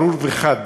ברור וחד